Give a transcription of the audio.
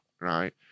right